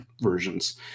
versions